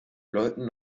leuten